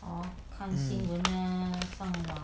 mm